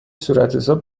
صورتحساب